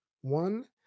one